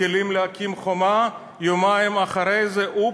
מתחילים להקים חומה, ויומיים אחרי זה, אופס,